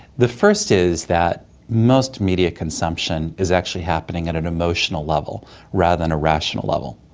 the first is that most media consumption is actually happening at an emotional level rather than a rational level.